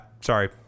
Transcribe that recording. sorry